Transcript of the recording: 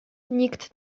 nikt